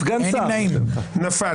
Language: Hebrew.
הצבעה לא אושרה נפל.